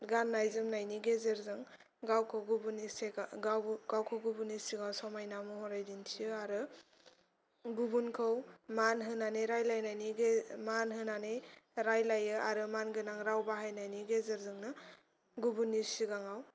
गान्नाय जोमनायनि गेजेरजों गावखौ गुबुननि सिगाङाव गावखौ गुबुननि सिगाङाव समायना महरै दिन्थियो आरो गुबुनखौ मान होनानै रायलायनायनि मान होनानै रायलायो आरो मानगोंना राव बाहायनायनि गेजेरजोंनो गुबुननि सिगाङाव